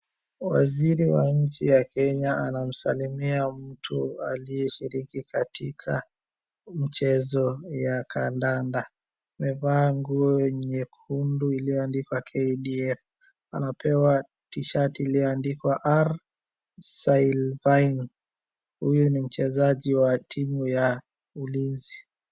Waziri wa nchi ya Kenya anamsalimia mtu aliyeshiriki katika michezo ya kandanda. Amevaa nguo nyekundu ilioandikwa KDF. Anapewa t-shirt ilioandikwa R. Sylvaine. Huyu ni mchezaji wa timu ya Ulinzi.